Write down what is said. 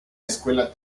escuela